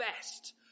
best